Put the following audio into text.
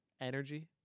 energy